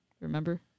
Remember